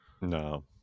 no